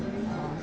oh